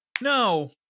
No